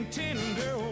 tender